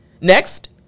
Next